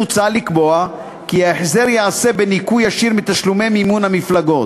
מוצע לקבוע כי ההחזר ייעשה בניכוי ישיר מתשלומי מימון המפלגות,